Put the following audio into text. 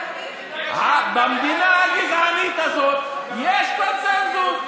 במדינה הגזענית הזו יש קונסנזוס,